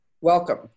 Welcome